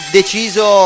deciso